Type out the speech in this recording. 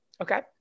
Okay